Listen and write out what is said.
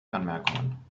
anmerkungen